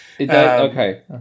Okay